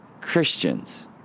Christians